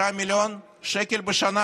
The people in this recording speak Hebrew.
disaster אחד גדול, זה מה שקורה כרגע.